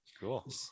Cool